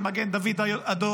במגן דוד אדום,